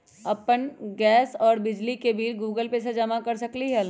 अपन गैस और बिजली के बिल गूगल पे से जमा कर सकलीहल?